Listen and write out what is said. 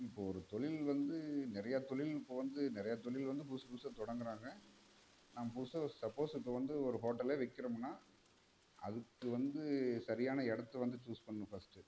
இப்போது ஒரு தொழில் வந்து நிறையா தொழில் இப்போது வந்து நிறையா தொழில் வந்து புதுசு புதுசாக தொடங்குறாங்க நம்ம புதுசாக சப்போஸ் இப்போ வந்து ஒரு ஹோட்டலே வைக்கிறோம்னால் அதுக்கு வந்து சரியான இடத்த வந்து சூஸ் பண்ணணும் ஃபஸ்ட்டு